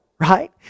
Right